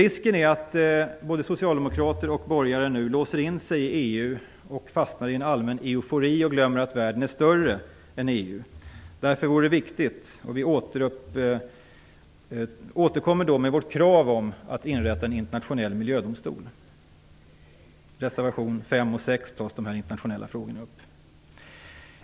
Risken är att både socialdemokrater och borgare nu låser in sig i EU och fastnar i en allmän eufori och glömmer att världen är större än EU. Därför är det viktigt, vi återkommer alltså med vårt krav, att en internationell miljödomstol inrättas. I reservationerna 5 och 6 tas dessa internationella frågor upp.